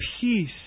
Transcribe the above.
peace